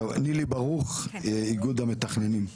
נילי ברוך, איגוד המתכננים.